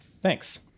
Thanks